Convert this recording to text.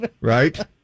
Right